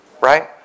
right